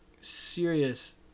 serious